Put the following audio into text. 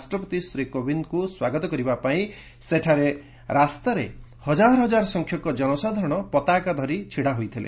ରାଷ୍ଟ୍ରପତି ଶ୍ରୀ କୋବିନ୍ଦଙ୍କୁ ସ୍ୱାଗତ କରିବା ପାଇଁ ସେଠାରେ ରାସ୍ତାରେ ହଜାର ହଜାର ସଂଖ୍ୟକ ଜନସାଧାରଣ ପତାକା ଧରି ଛିଡ଼ା ହୋଇଥିଲେ